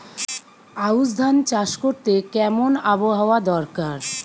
আউশ ধান চাষ করতে কেমন আবহাওয়া দরকার?